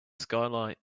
skylight